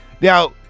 now